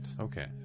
Okay